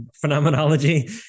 phenomenology